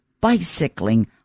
bicycling